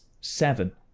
seven